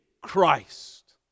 Christ